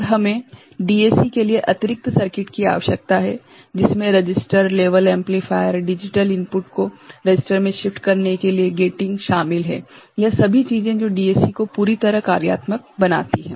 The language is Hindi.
और हमें DAC के लिए अतिरिक्त सर्किट की आवश्यकता है जिसमें register level amplifier digital input को रजिस्टर मे शिफ्ट करने के लिए gating शामिल है यह सभी चीजे जो DAC को पूरी तरह कार्यात्मक बनाती है